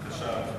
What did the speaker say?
בבקשה.